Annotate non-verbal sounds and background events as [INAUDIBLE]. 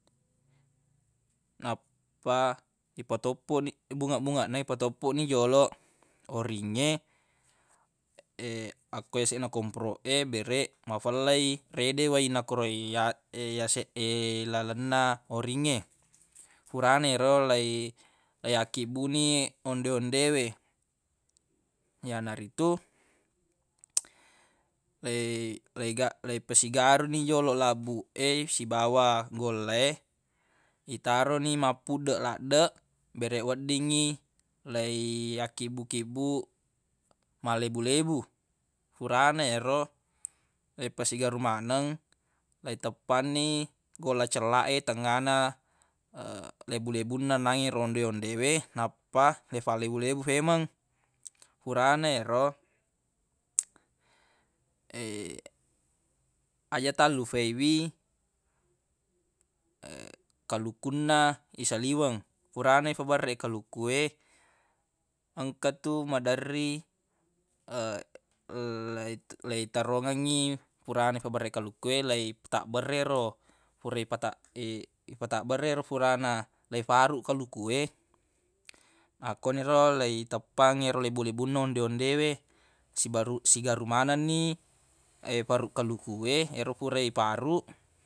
Nappa ipatoppoq ni bungeq-bungeq na ipatoppoq ni joloq oringnge [HESITATION] akko yaseq na komporoq e bereq mafellai rede wai na koro ya- yaseq e lalenna oringnge [NOISE] furana yero lei- leiyakkibbuni onde-onde we yanaritu [NOISE] leiga- leipasigaru ni joloq labbuq e sibawa golla e itaroni mapuddeq laddeq bereq weddingngi leiyakkibbuq-kibbuq mallebu-lebu furana yero leipasigaru maneng leiteppanni golla cellaq e tengngana [HESITATION] lebu-lebunna onnangnge ero onde-onde we nappa ifallebu-lebu femeng furana yero [NOISE] [HESITATION] ajja tallufai wi [HESITATION] kalukunna isaliweng furana ifaberreq kaluku we engka tu maderri [HESITATION] lei- leitarongengngi furana ifaberreq kaluku e leitabberre ero fura e ipata- [HESITATION] ifatabbere ero furana leifaruq kaluku we akkoniro leiteppang ero lebu-lebunna onde-onde we siba ru- sigaru manenni [HESITATION] faru kaluku weero fura e ifaruq.